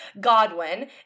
Godwin